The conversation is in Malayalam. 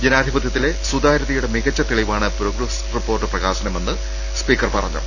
ജനാധിപതൃത്തിലെ സുതാരൃതയുടെ മികച്ച തെളിവാണ് പ്രോഗ്രസ് റിപ്പോർട്ട് പ്രകാശനമെന്ന് സ്പീക്കർ പറഞ്ഞു